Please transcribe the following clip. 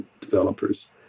developers